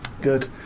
Good